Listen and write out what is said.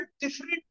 different